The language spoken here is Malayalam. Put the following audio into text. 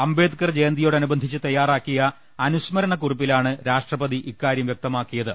അംബേദ്കർ ജയന്തിയോ ടനുബന്ധിച്ച് തയ്യാറാക്കിയ അനുസ്മരണ കുറിപ്പിലാണ് രാഷ്ട്രപ തി ഇക്കാര്യം വ്യക്തമാക്കിയത്